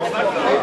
חברי חברי הכנסת,